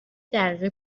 دقیقه